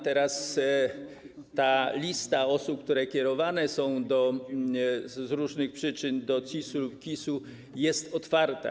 Teraz lista osób, które kierowane są z różnych przyczyn do CIS-u lub KIS-u, jest otwarta.